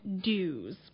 dues